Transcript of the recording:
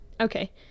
Okay